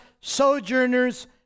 sojourners